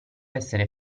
essere